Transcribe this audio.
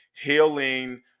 healing